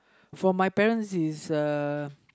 for my parents is uh